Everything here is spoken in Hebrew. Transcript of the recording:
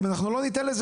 אם לא ניתן לזה